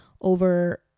over